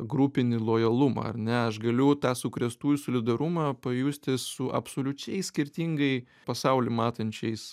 grupinį lojalumą ar ne aš galiu tą sukrėstųjų solidarumą pajusti su absoliučiai skirtingai pasaulį matančiais